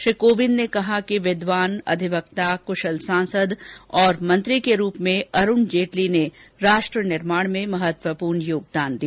श्री कोविंद ने कहा कि विद्वान अधिवक्ता क्शल सांसद और मंत्री के रूप में अरुण जेटली ने राष्ट्र निर्माण में महत्वपूर्ण योगदान दिया